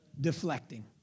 Deflecting